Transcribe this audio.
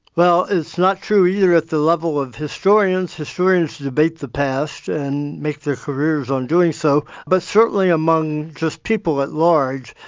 well, it's not true either at the level of historians. historians debate the past and make their careers on doing so, but certainly among just people at large,